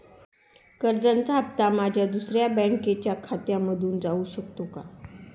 कर्जाचा हप्ता माझ्या दुसऱ्या बँकेच्या खात्यामधून जाऊ शकतो का?